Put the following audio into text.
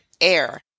air